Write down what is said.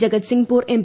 Jagatsinghpur M